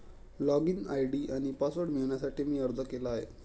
login ID आणि password मिळवण्यासाठी मी अर्ज केला आहे